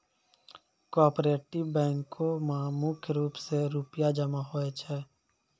cooperative बैंको म मुख्य रूप से रूपया जमा होय छै